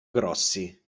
grossi